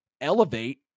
elevate